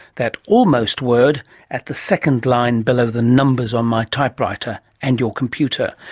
that almost word at the second line, below the numbers on my typewriter and your computer.